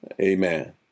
Amen